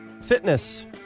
fitness